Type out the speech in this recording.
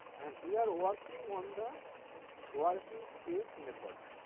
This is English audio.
and we are ah working on the working stress method